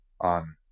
on